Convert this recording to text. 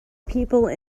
people